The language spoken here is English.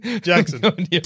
Jackson